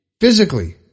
physically